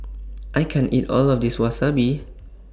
I can't eat All of This Wasabi